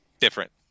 different